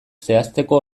zehazteko